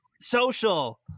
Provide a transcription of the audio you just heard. social